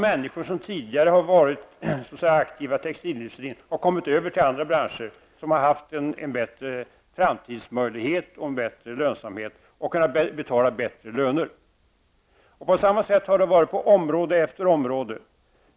Människor som tidigare har varit aktiva i textilindustrin har kommit över till andra branscher som har haft bättre framtidsmöjligheter, bättre lönsamhet och kunnat betala bättre löner. Det har varit likadant på område efter område.